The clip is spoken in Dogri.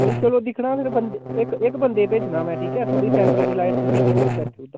नेईं चलो दिक्खनां फ्ही बंदे इक इक बंदे गी भेजना में थोह्ड़ी टैम्परेरी लाइट तुसें ई ओह् करी दिंदा